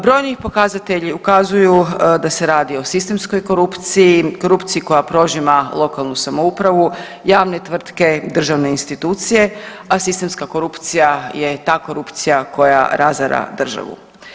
Brojni pokazatelji ukazuju da se radi o sistemskoj korupciji, korupciji koja prožima lokalnu samoupravu, javne tvrtke, državne institucije, a sistemska korupcija je ta korupcija koja razara državu.